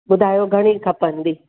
ॿुधायो घणी खपंदी